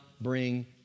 bring